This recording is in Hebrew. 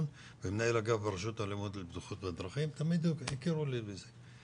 ברשות הלאומית לבטיחות בדרכים, תמיד הכירו לי בזה.